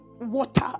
water